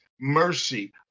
mercy